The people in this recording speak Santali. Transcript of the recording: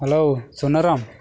ᱦᱮᱞᱳ ᱥᱩᱱᱟᱹᱨᱟᱢ